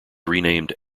renamed